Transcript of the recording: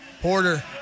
Porter